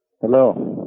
Hello